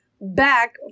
back